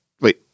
Wait